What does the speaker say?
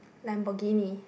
Lamborghini